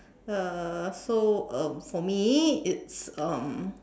uh so um for me it's um